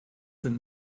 sind